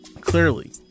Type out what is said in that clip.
Clearly